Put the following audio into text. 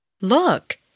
Look